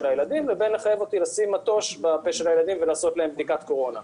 הילדים לבין לחייב אותי לשים מטוש בפה של הילדים ולעשות להם בדיקת קורונה.